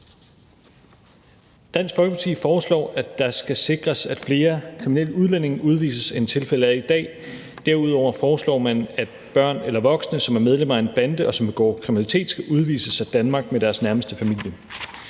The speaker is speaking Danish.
Dansk Folkeparti foreslår, at det skal sikres, at flere kriminelle udlændinge udvises, end tilfældet er i dag. Derudover foreslår man, at børn eller voksne, som er medlemmer af en bande, og som begår kriminalitet, skal udvises af Danmark med deres nærmeste familie.